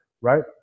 right